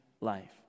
life